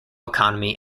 economy